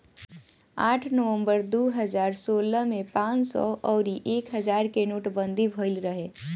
आठ नवंबर दू हजार सोलह में पांच सौ अउरी एक हजार के नोटबंदी भईल रहे